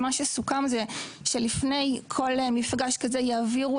מה שסוכם הוא שלפני כל מפגש כזה יעבירו